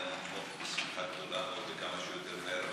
בוודאי נתמוך בשמחה גדולה וכמה שיותר מהר,